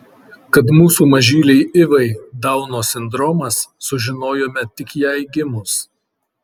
kad mūsų mažylei ivai dauno sindromas sužinojome tik jai gimus